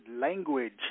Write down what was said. language